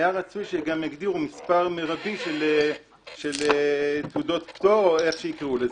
היה רצוי שגם יגדירו מספר מרבי של תעודות פטור או איך שיקראו לזה.